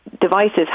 devices